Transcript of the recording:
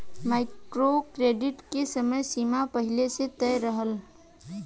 micro credit के समय सीमा पहिले से तय रहेला